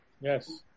Yes